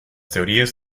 teorías